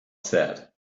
said